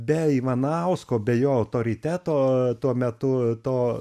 be ivanausko be jo autoriteto tuo metu to